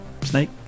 Snake